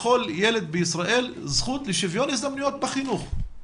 לכל ילד בישראל זכות לשוויון הזדמנויות בחינוך.